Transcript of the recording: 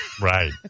Right